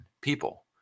people